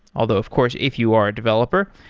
although of course if you are a developer,